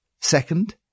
Second